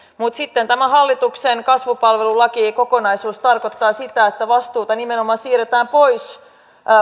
mutta sitten tämä hallituksen kasvupalvelulakikokonaisuus tarkoittaa sitä että vastuuta nimenomaan siirretään pois